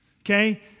Okay